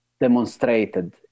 demonstrated